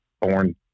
Born